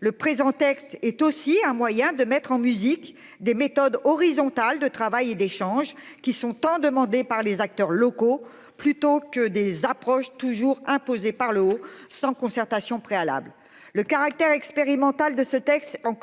Le présent texte est aussi un moyen de mettre en musique des méthodes horizontales de travail et d'échanges qui sont en demandée par les acteurs locaux plutôt que des approches toujours imposé par le haut sans concertation préalable, le caractère expérimental de ce texte en.